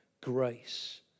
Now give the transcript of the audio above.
grace